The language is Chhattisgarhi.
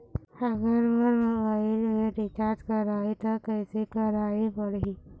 अगर मोर मोबाइल मे रिचार्ज कराए त कैसे कराए पड़ही?